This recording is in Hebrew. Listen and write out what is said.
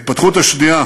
ההתפתחות השנייה